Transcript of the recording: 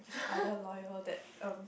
this other lawyer that um